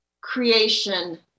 creation